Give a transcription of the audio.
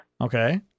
Okay